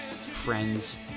friends